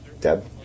Deb